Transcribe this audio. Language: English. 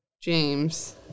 James